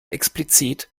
explizit